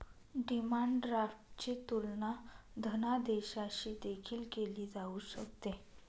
demand ड्राफ्टची तुलना धनादेशाशी देखील केली जाऊ शकते